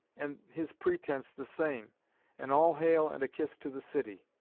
and his pretence the same an all-hail and a kiss to the city.